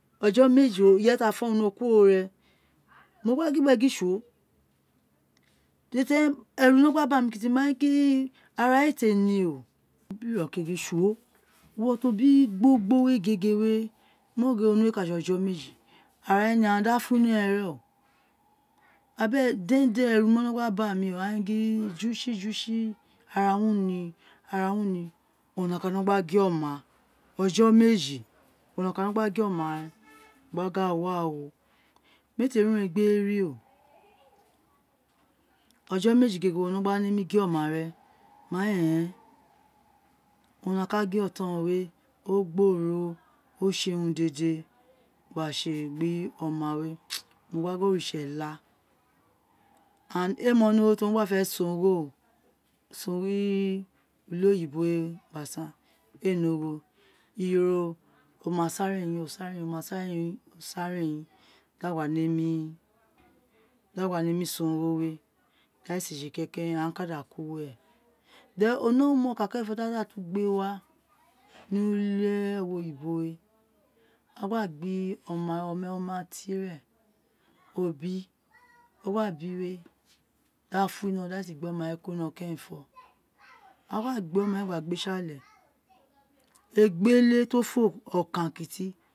Ọjo méji wé irẹyé ti a fo winọ o kuoro rẹn owun mo gba gin gbéè gin dé tẹrẹn ẹru winọ gba ba mi kiti mo gin ara rẹ éè re té ni o mo gba biro kégi ti obi gbogbo wé gege wé mo ro gin onwé ka sé ọjọ meji ara rẹ ni aghan da fu ara rẹ nọ rẹ o dẹndẹn ẹru ba mi o a ni gingin jusi jusi ara ro ni ara ro ni owun nọkan owun ré ka guẹ ọma ọjọ meji owun nọkan wino gba gue ọma wé gba gin ahan wa o mé té ri urun egbé yi ri ọjọ méji gege wo ka nemi guẹ ọma rẹ ma in owun nọkan gue ọtọn ro wé o gboro o sé run dede gba sé gbẹ ọma wé mo gba gin oritse la and éè mọ nẹ ogho ti won gba fẹ san ogho san ogho uli oyibo wé gba san éè ne ogho iyolo oma ssa re yi sa re yi sa re yi di a gba nemi di a gba nemi san ogho wé di aghan éè si sé keke aghan ka da kuri uwẹ then o nẹ ọma okan kẹrẹnfọ ti a da tu gbe wa ni uli ẹwo-yibo wé ti a gba gbé ọma wé wa ọma kuri inọ kerenfo ti a gba gbé ọma gba gbé si àle égbélé ti o fo ugbọkan kiti